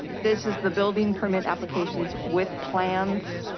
this is the building permit applications with plans.